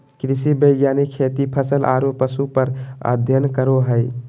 कृषि वैज्ञानिक खेती, फसल आरो पशु पर अध्ययन करो हइ